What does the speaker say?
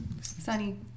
Sunny